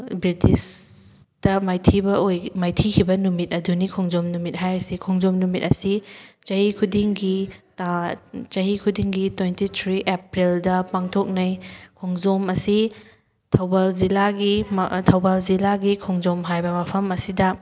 ꯕ꯭ꯔꯤꯇꯤꯁꯁꯤꯡꯇ ꯃꯥꯏꯊꯤꯕ ꯑꯣꯏꯈꯤ ꯃꯥꯏꯊꯤꯈꯤꯕ ꯅꯨꯃꯤꯠ ꯑꯗꯨꯅꯤ ꯈꯣꯡꯖꯣꯝ ꯅꯨꯃꯤꯠ ꯍꯥꯏꯔꯤꯁꯦ ꯈꯣꯡꯖꯣꯝ ꯅꯨꯃꯤꯠ ꯑꯁꯤ ꯆꯍꯤ ꯈꯨꯗꯤꯡꯒꯤ ꯆꯍꯤ ꯈꯨꯗꯤꯡꯒꯤ ꯇ꯭ꯋꯦꯟꯇꯤ ꯊ꯭ꯔꯤ ꯑꯦꯄ꯭ꯔꯤꯜꯗ ꯄꯥꯡꯊꯣꯛꯅꯩ ꯈꯣꯡꯖꯣꯝ ꯑꯁꯤ ꯊꯧꯕꯥꯜ ꯖꯤꯂꯥꯒꯤ ꯊꯧꯕꯥꯜ ꯖꯤꯂꯥꯒꯤ ꯈꯣꯡꯖꯣꯝ ꯍꯥꯏꯕ ꯃꯐꯝ ꯑꯁꯤꯗ